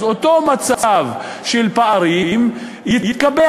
אז אותו מצב של פערים יתקבע,